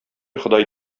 ходай